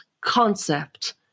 concept